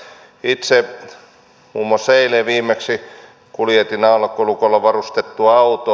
itse muun muassa eilen viimeksi kuljetin alkolukolla varustettua autoa